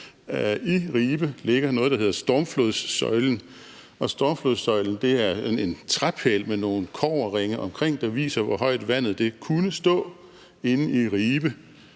I Ribe ligger noget, som hedder Stormflodssøjlen, og Stormflodssøjlen er en træpæl med nogle kobberringe omkring, der viser, hvor højt vandet kunne stå inde i Ribe,